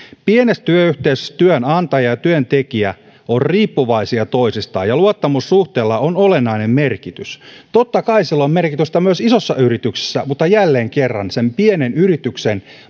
pienessä työyhteisössä työnantaja ja työntekijä ovat riippuvaisia toisistaan ja luottamussuhteella on olennainen merkitys totta kai sillä on merkitystä myös isossa yrityksessä mutta jälleen kerran pienen yrityksen